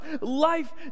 Life